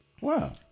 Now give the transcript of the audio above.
Wow